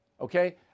okay